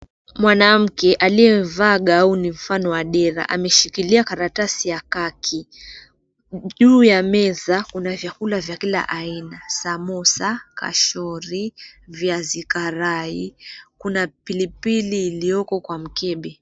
Mwanamke aliyevaa gauni mfano wa dera ameshikilia karatasi ya khaki. Juu ya meza kuna vyakula vya kila aina; samosa, kashori, viazi karai, kuna pilipili ilioko kwa mkebe.